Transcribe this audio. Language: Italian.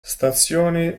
stazione